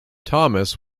thomas